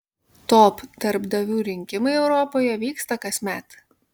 top darbdavių rinkimai europoje vyksta kasmet